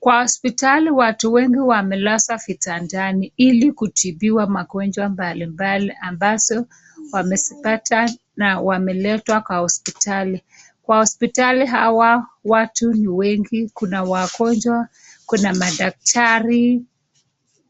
Kwa hospitali, watu wengi wamelazwa vitandani ili kutibiwa magonjwa mbalimbali ambazo wamesipata na wameletwa kwa hospitali. Kwa hospitali hawa, watu ni wengi. Kuna wagonjwa, kuna madaktari,